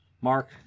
Mark